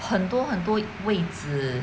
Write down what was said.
很多很多位子